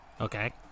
Okay